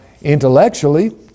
intellectually